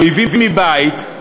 אויבים מבית,